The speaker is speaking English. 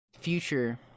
future